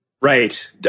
Right